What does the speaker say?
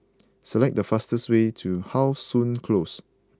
select the fastest way to How Sun Close